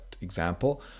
example